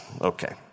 Okay